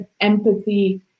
empathy